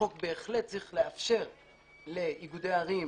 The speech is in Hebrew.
החוק בהחלט צריך לאפשר לאיגודי ערים